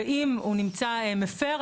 ואם הוא נמצא מפר,